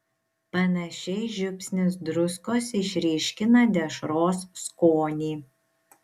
panašiai žiupsnis druskos išryškina dešros skonį